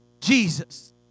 Jesus